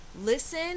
Listen